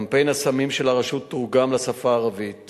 קמפיין הסמים של הרשות תורגם לשפה הערבית